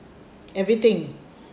everything